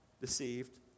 deceived